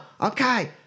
Okay